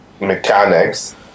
mechanics